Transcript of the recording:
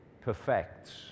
perfects